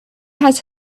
has